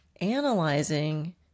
Analyzing